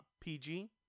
PG